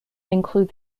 include